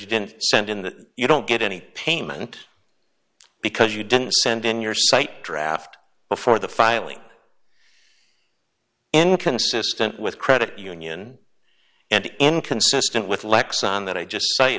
you didn't send in that you don't get any payment because you didn't send in your sight draft before the filing inconsistent with credit union and inconsistent with lax on that i just